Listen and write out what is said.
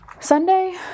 Sunday